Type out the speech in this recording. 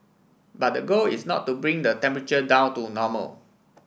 but the goal is not to bring the temperature down to normal